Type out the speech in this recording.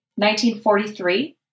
1943